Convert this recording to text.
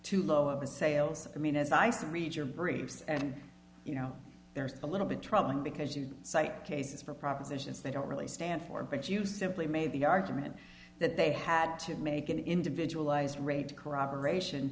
too low of a sales i mean as i said i read your briefs and you know there's a little bit troubling because you cite cases for propositions they don't really stand for but you simply made the argument that they had to make an individualized raid corroboration